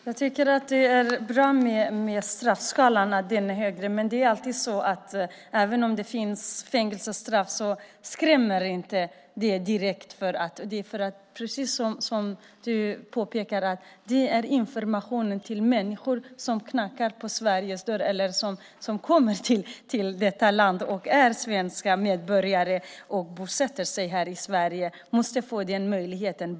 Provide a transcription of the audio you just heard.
Herr talman! Jag tycker att det är bra att straffskalan är vid, men även om det finns fängelsestraff skrämmer det inte direkt. Precis som du påpekar handlar det om information till människor som knackar på Sveriges dörr. De som kommer till detta land, bosätter sig här och blir svenska medborgare måste få den möjligheten.